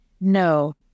No